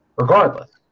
regardless